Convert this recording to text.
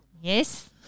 Yes